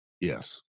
Yes